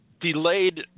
delayed